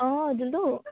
অঁ জোনটো